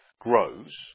grows